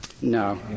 No